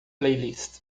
playlist